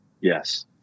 Yes